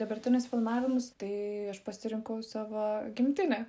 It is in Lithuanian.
dabartinius filmavimus tai aš pasirinkau savo gimtinę